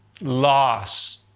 loss